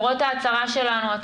למרות ההצהרה שלנו,